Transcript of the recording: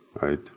right